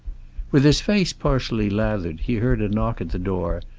with his face partially lathered he heard a knock at the door,